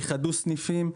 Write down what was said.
איחדו סניפים.